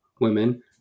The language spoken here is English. women